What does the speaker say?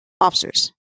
officers